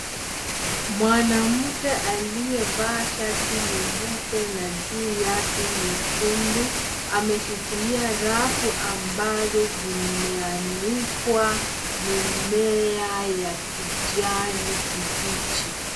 Mwanamke aliye vaa shati nyeupe la juu yake nyekundu ameshikilia rafu ambazo zimeanikwa mimea ya kijani kibichi.